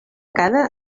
cada